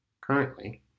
currently